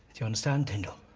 do you understand, tindall?